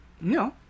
No